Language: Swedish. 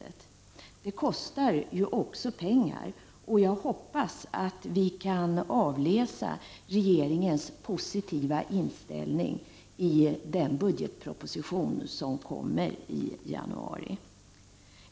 Detta arbete kostar ju också pengar, och jag hoppas att vi kan avläsa regeringens positiva inställning i den budgetproposition som kommer i januari.